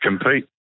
compete